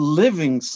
living